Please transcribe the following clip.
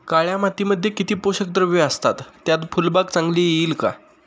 काळ्या मातीमध्ये किती पोषक द्रव्ये असतात, त्यात फुलबाग चांगली येईल का?